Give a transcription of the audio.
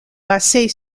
basée